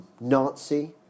Nazi